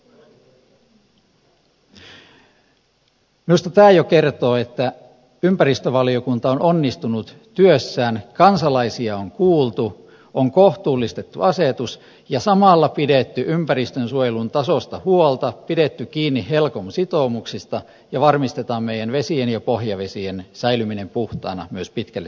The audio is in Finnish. minusta jo tämä kertoo siitä että ympäristövaliokunta on onnistunut työssään kansalaisia on kuultu on kohtuullistettu asetus ja samalla pidetty ympäristönsuojelun tasosta huolta pidetty kiinni helcom sitoumuksista ja varmistetaan meidän vesiemme ja pohjavesiemme säilyminen puhtaana myös pitkälle tulevaisuuteen